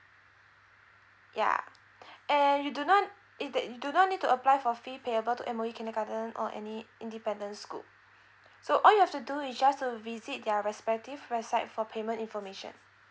yeah and you do not it that you do not need to apply for fee payable to M_O_E kindergarten or any independent school so all you have to do is just to visit their respective website for payment information